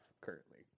currently